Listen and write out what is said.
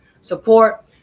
Support